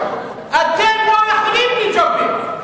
אתם לא יכולים בלי ג'ובים.